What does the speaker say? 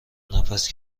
نفس